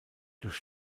durch